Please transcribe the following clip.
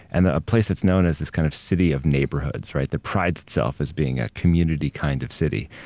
and ah a place that's known as this kind of city of neighborhoods, right? that prides itself as being a community kind of city,